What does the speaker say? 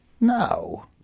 No